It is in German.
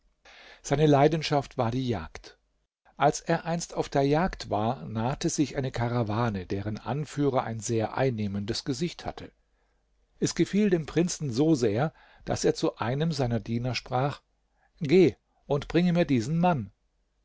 seine leidenschaft war die jagd als er einst auf der jagd war nahte sich eine karawane deren anführer ein sehr einnehmendes gesicht hatte es gefiel dem prinzen so sehr daß er zu einem seiner diener sprach geh und bringe mir diesen mann